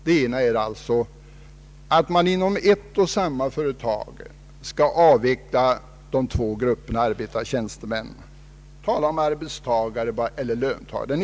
Den ena är alt man inom ett och samma företag skall avveckla de två grupperna arbetare och tjänstemän och bara tala om arbetstagare eller löntagare.